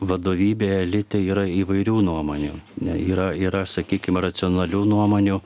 vadovybėje elite yra įvairių nuomonių ne yra yra sakykim racionalių nuomonių